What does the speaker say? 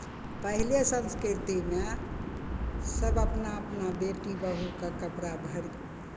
पहिले संस्कृतिमे सभ अपना अपना बेटी बहुकेँ कपड़ा भरि